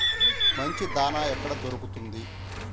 మంచి దాణా ఎక్కడ దొరుకుతుంది?